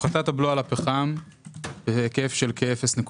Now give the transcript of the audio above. הפחתת הבלו על הפחם בהיקף של כ-0.4